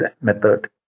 method